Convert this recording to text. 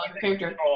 character